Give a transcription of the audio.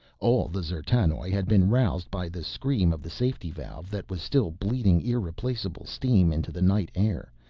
all the d'zertanoj had been roused by the scream of the safety valve, that was still bleeding irreplacable steam into the night air,